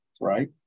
right